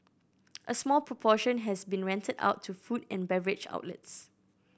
a small proportion has been rented out to food and beverage outlets